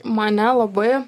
mane labai